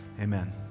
amen